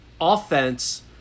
offense